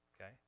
Okay